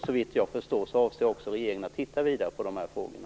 Så vitt jag förstår avser också regeringen att titta vidare på de här frågorna.